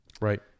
Right